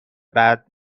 بعد